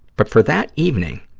but for that evening,